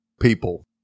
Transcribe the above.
people